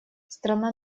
страна